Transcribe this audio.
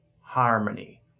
harmony